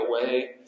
away